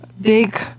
big